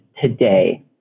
today